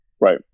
Right